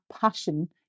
passion